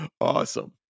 Awesome